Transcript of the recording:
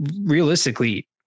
realistically